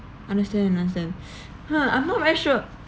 understand understand !huh! I'm not very sure